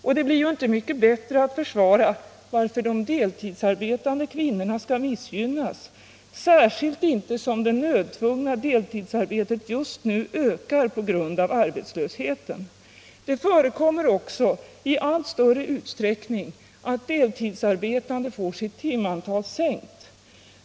Och det blir ju inte mycket bättre av att man försvarar varför de deltidsarbetande kvinnorna skall missgynnas, särskilt inte som det nödtvungna deltidsarbetet just nu ökar på grund av arbetslösheten. Det förekommer i allt större utsträckning att deltidsarbetande får sitt timantal sänkt.